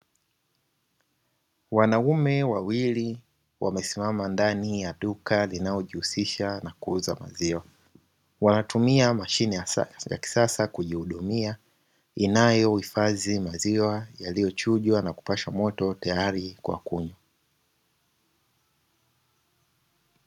Wanaume wawili wamesimama ndani ya duka linalojihusisha na kuuza maziwa. Wanatumia mashine ya kisasa kujihudumia inayohifadhi maziwa yaliyochujwa na kupashwa moto tayari kwa kunywa.